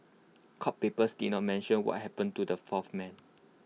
court papers did not mention what happened to the fourth man